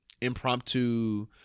impromptu